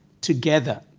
together